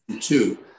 two